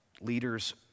leaders